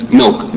milk